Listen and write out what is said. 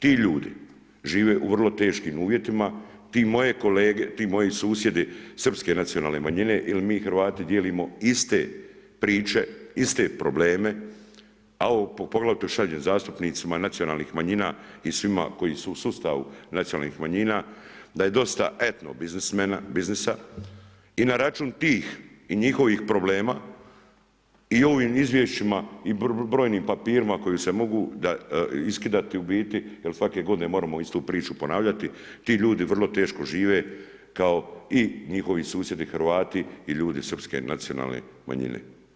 Ti ljudi žive u vrlo teškim uvjetima, ti moji susjedi srpske nacionalne manjine jer mi Hrvati dijelom iste priče, iste probleme, a ovo poglavito šaljem i zastupnicima nacionalnih manjina i svima koji su u sustavu nacionalnih manjina da je dosta etno biznisa i na račun tih i njihovih problema i ovim izvješćima i brojnim papirima koji se mogu iskidati u biti jer svake godine moramo istu priču ponavljati, ti ljudi vrlo teško žive kao i njihovi susjedi Hrvati i ljudi srpske nacionalne manjine.